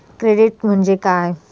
Credit म्हणजे काय?